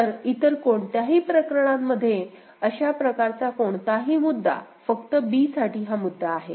तर इतर कोणत्याही प्रकरणांमधे अशा प्रकारचा कोणताही मुद्दा फक्त b साठी हा मुद्दा आहे